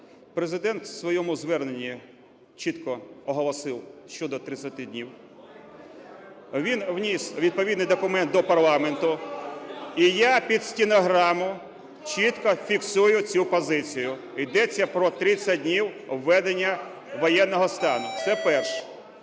Президент у своєму зверненні чітко оголосив щодо 30 днів. Він вніс відповідний документ до парламенту, і я під стенограму чітку фіксую цю позицію: йдеться про 30 днів введення воєнного стану. Це перше.